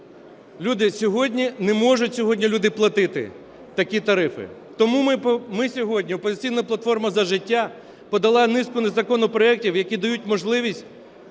можуть сьогодні люди платити такі тарифи. Тому ми сьогодні, "Опозиційна платформа - За життя", подали низку законопроектів, які дають можливість